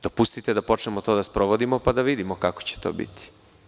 Dopustite da počnemo to da sprovodimo, pa da vidimo kako će to biti.